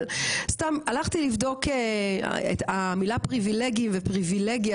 אבל סתם הלכתי לבדוק את המילה פריבילגיים ופריבילגיה,